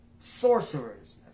Sorcerers